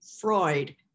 Freud